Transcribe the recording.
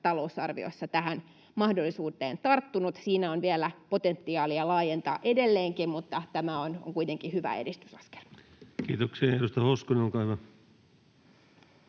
talousarviossa tähän mahdollisuuteen tarttunut. Siinä on vielä potentiaalia laajentaa sitä edelleenkin, mutta tämä on kuitenkin hyvä edistysaskel. Kiitoksia. — Edustaja Hoskonen, olkaa hyvä.